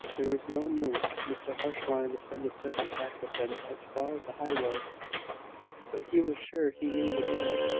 there was no moon. mr marsh wanted to send a servant back with him as far as the high-road but he was sure he knew the way.